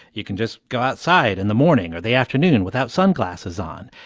you can just go outside in the morning or the afternoon without sunglasses on.